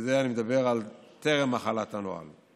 זה טרם החלת הנוהל.